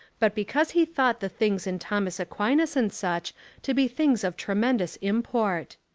but because he thought the things in thomas aquinas and such to be things of tremendous import.